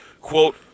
Quote